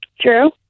True